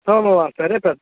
सोमवासरे तत्